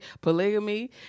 polygamy